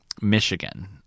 Michigan